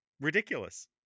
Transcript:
ridiculous